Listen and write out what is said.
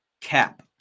cap